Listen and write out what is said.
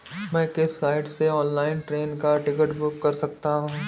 मैं किस साइट से ऑनलाइन ट्रेन का टिकट बुक कर सकता हूँ?